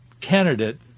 candidate